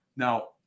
Now